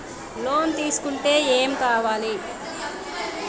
Loan తీసుకుంటే ఏం కావాలి?